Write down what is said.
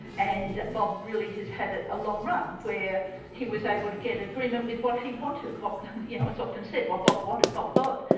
and bob really has had a long run where he was able to get agreement with what he wanted. you know it's often said, what bob wanted, bob got.